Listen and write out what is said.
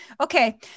Okay